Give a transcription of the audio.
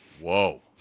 Whoa